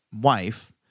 wife